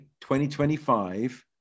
2025